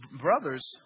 brothers